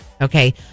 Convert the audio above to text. Okay